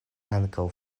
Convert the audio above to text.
ankaŭ